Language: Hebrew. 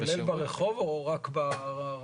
כולל ברחוב או רק ברמפות,